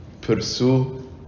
pursue